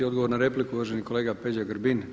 Odgovor na repliku uvaženi kolega Peđa Grbin.